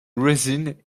resin